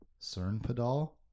Cernpadal